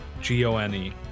g-o-n-e